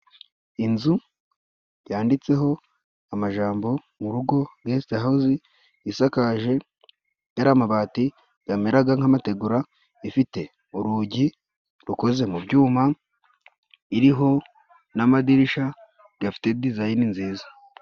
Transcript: Inzu yanditseho amajambo mu rugo gesti hawuzi isakaje gariya mabati gameraga nk'amategura ifite urugi rukoze mu byuma iriho n'amadirisha gafite dizayini nziza.